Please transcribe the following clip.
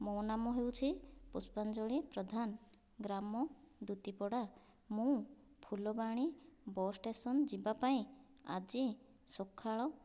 ମୋ ନାମ ହେଉଛି ପୁଷ୍ପାଞ୍ଜଳି ପ୍ରଧାନ ଗ୍ରାମ ଦୁତିପଡ଼ା ମୁଁ ଫୁଲବାଣୀ ବସ୍ ଷ୍ଟେସନ ଯିବାପାଇଁ ଆଜି ସକାଳ